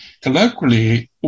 Colloquially